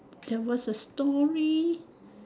there was a story